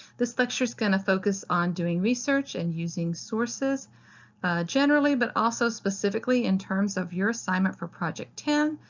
this lecture is going to focus on doing research and using sources generally, but also specifically in terms of your assignment for project ten.